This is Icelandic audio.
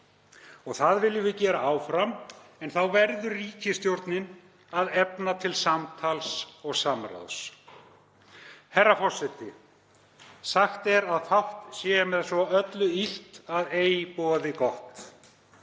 Það viljum við gera áfram en þá verður ríkisstjórnin að efna til samtals og samráðs. Herra forseti. Sagt er að fátt sé með svo öllu illt að ei boði gott.